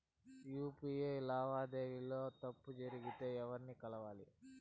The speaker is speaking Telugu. యు.పి.ఐ లావాదేవీల లో తప్పులు జరిగితే ఎవర్ని కలవాలి?